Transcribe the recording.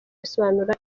risobanura